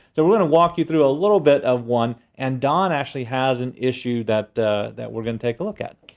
so we're gonna walk you through a little bit of one. and don actually has an issue that that we're gonna take a look at.